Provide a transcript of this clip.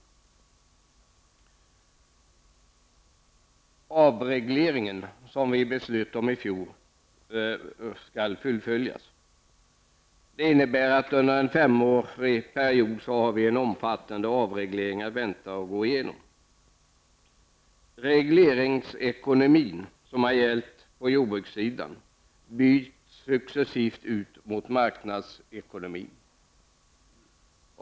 Den avreglering som vi beslutade om i fjol skall fullföljas. Det innebär att vi under en femårsperiod har en omfattande avreglering att vänta och gå igenom. Regleringsekonomin, som har gällt på jordbrukssidan, byts successivt ut mot marknadsekonomi.